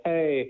Hey